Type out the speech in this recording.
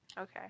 Okay